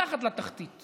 ובפירוש נתתי תקופת צינון.